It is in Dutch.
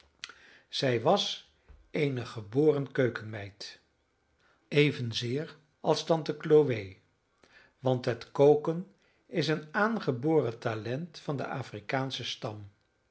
zij was eene geboren keukenmeid evenzeer als tante chloe want het koken is een aangeboren talent van den afrikaanschen stam